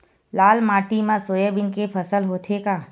लाल माटी मा सोयाबीन के फसल होथे का?